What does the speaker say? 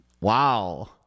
Wow